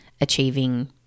achieving